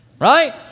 right